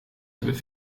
hebben